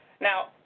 Now